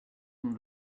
him